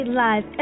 live